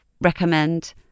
recommend